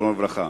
זיכרונו לברכה,